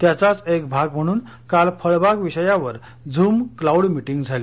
त्याचाच एक भाग म्हणून काल फळबाग विषयावर झुम क्लाऊड मिटिंग झाली